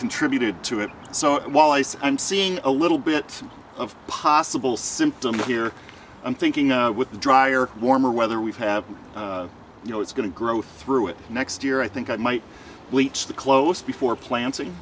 contributed to it so while i see i'm seeing a little bit of possible symptoms here i'm thinking with the drier warmer weather we've had you know it's going to grow through it next year i think i might bleach the close before plant